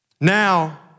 Now